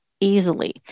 easily